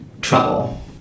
trouble